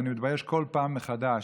ואני מתבייש כל פעם מחדש,